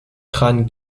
crane